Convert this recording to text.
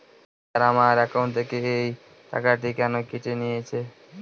Sir আমার account থেকে এই টাকাটি কেন কেটে নিয়েছেন?